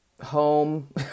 home